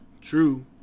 True